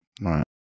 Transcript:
right